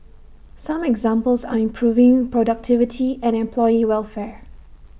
some examples are improving productivity and employee welfare